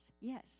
Yes